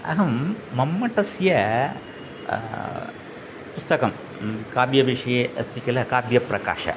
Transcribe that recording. अहं मम्मटस्य पुस्तकं काव्यविषये अस्ति किल काव्यप्रकाशः